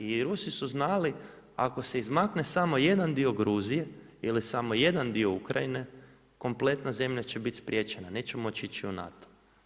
I rusi su znali ako se izmakne samo jedan dio Gruzije ili samo jedan dio Ukrajine kompletna zemlja će biti spriječena, neće moći ići u NATO.